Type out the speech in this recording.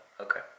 Okay